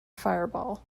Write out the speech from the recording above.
fireball